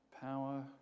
power